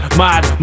mad